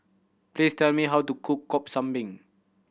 please tell me how to cook cop kambing